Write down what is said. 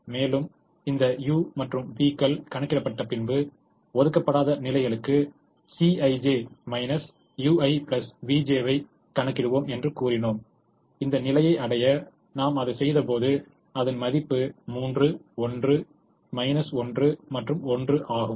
மேலும் இந்த u மற்றும் v கள் கணக்கிடப்பட்ட பின்பு ஒதுக்கப்படாத நிலைகளுக்கு Cij ui vj வை கணக்கிடுவோம் என்றும் கூறினோம் இந்த நிலையை அடைய நாம் அதைச் செய்தபோது அதன் மதிப்பு 3 1 1 மற்றும் 1 ஆகும்